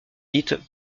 dites